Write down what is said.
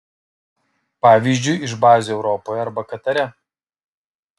pavyzdžiui iš bazių europoje arba katare